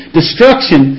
destruction